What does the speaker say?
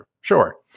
sure